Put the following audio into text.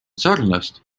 sarnast